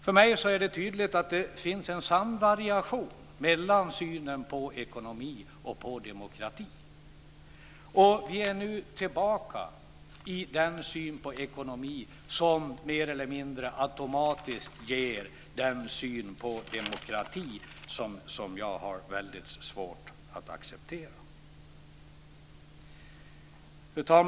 För mig är det tydligt att det finns en samvariation mellan synen på ekonomi och på demokrati. Vi är nu tillbaka i den syn på ekonomi som mer eller mindre automatiskt ger en syn på demokrati som jag har svårt att acceptera. Fru talman!